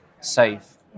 safe